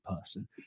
person